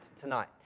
tonight